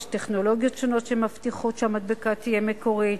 יש טכנולוגיות שונות שמבטיחות שהמדבקה תהיה מקורית.